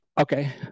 Okay